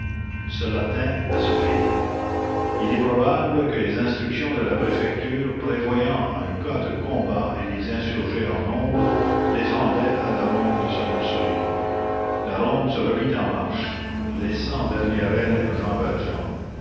cela tint à ce fil il est probable que les instructions de la préfecture prévoyant un cas de combat et les insurgés en nombre défendaient à la ronde de se morceler la ronde se remit en marche laissant derrière elle jean valjean